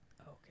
Okay